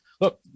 look